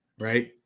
right